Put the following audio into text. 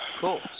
cool